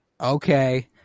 okay